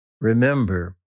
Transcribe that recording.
Remember